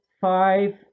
five